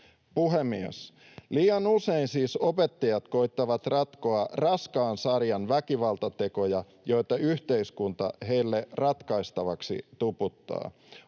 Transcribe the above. Puhemies! Liian usein opettajat koettavat siis ratkoa raskaan sarjan väkivaltatekoja, joita yhteiskunta heille ratkaistavaksi tuputtaa.